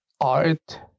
art